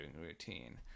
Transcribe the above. routine